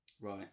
Right